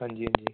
ਹਾਂਜੀ ਹਾਂਜੀ